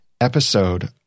episode